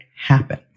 happen